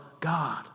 God